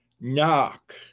Knock